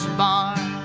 barn